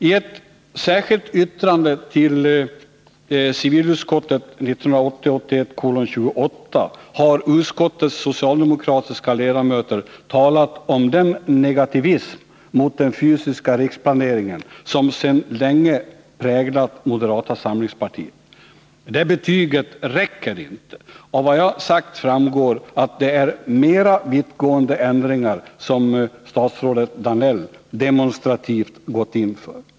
I ett särskilt yttrande till civilutskottets betänkande 1980/81:28 har utskottets socialdemokratiska ledamöter talat om den negativism mot den fysiska riksplaneringen som sedan länge har präglat moderata samlingspartiet. Det betyget räcker inte. Av vad jag sagt framgår att det är mera vittgående ändringar som statsrådet Danell demonstrativt gått in för.